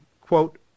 quote